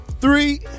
three